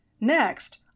Next